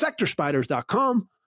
sectorspiders.com